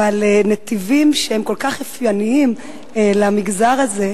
אבל נתיבים שהם כל כך אופייניים למגזר הזה.